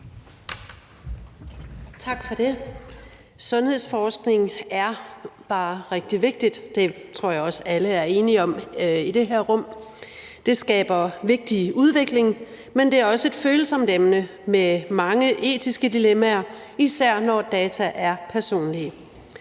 Tak for det. Sundhedsforskning er bare rigtig vigtigt. Det tror jeg også alle er enige om i det her rum. Det skaber vigtig udvikling, men det er også et følsomt emne med mange etiske dilemmaer, især når data er personlige.